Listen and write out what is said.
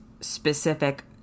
specific